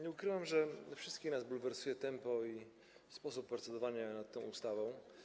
Nie ukrywam, że wszystkich nas bulwersuje tempo i sposób procedowania nad tą ustawą.